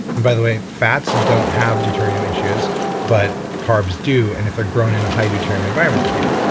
and by the way, fats don't have deuterium issues but carbs do and if they're grown in a high deuterium environment they do.